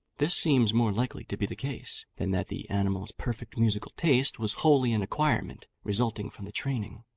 this seems more likely to be the case, than that the animal's perfect musical taste was wholly an acquirement, resulting from the training.